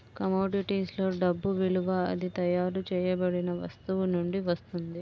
కమోడిటీస్లో డబ్బు విలువ అది తయారు చేయబడిన వస్తువు నుండి వస్తుంది